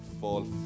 fall